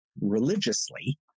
religiously